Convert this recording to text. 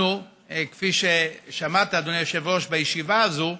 אנחנו, כפי ששמעת, אדוני היושב-ראש, בישיבה הזאת,